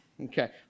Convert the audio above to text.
okay